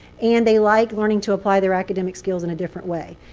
and they liked learning to apply their academic skills in a different way.